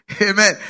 Amen